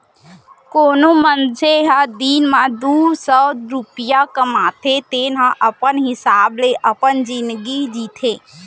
कोनो मनसे ह दिन म दू सव रूपिया कमाथे तेन ह अपन हिसाब ले अपन जिनगी जीथे